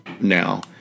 now